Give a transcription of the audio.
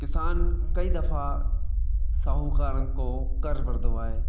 किसान कई दफ़ा साहुकारनि को कर वठंदो आहे